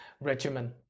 regimen